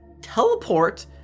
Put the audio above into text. teleport